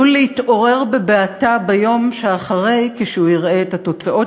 עלול להתעורר בבעתה ביום שאחרי כשהוא יראה את התוצאות.